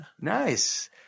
Nice